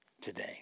today